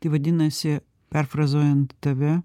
tai vadinasi perfrazuojant tave